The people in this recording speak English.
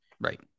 right